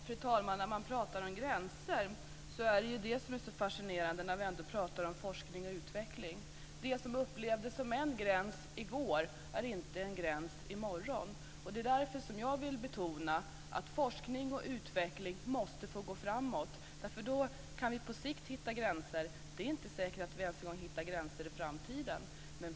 Fru talman! När det gäller gränser är det fascinerande, när vi ändå pratar om forskning och utveckling, att det som upplevdes som en gräns i går inte är en gräns i morgon. Därför vill jag betona att forskning och utveckling måste få gå framåt, för då kan vi på sikt hitta gränser. Det är inte säkert att vi ens en gång hittar gränser i framtiden.